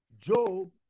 Job